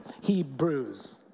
Hebrews